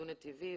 דו-נתיבי,